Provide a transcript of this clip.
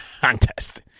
contest